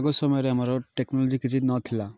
ଆଗ ସମୟରେ ଆମର ଟେକ୍ନୋଲୋଜି କିଛି ନଥିଲା